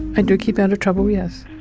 and do keep out of trouble, yes.